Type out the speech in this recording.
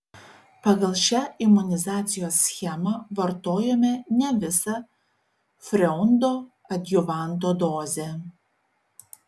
pagal šią imunizacijos schemą vartojome ne visą freundo adjuvanto dozę